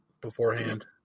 beforehand